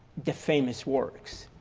the famous works.